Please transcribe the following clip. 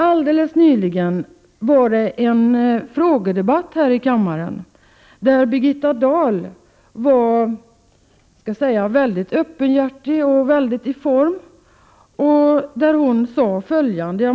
Helt nyligen i en frågedebatt här i kammaren var Birgitta Dahl mycket öppenhjärtig och verkligen i form.